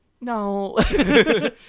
No